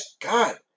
God